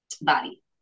body